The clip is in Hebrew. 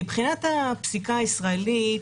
מבחינת הפסיקה הישראלית,